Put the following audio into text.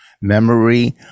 memory